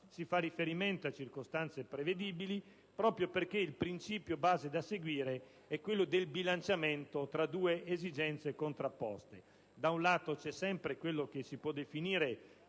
Si fa riferimento a circostanze prevedibili proprio perché il principio base da seguire è quello del bilanciamento tra due esigenze contrapposte: da un lato, c'è sempre quella che si può definire